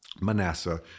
Manasseh